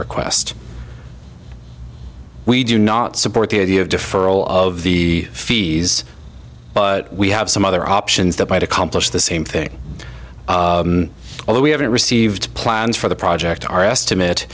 request we do not support the idea of deferral of the fees but we have some other options that might accomplish the same thing although we haven't received plans for the project our estimate